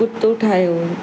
कुतो ठाहियो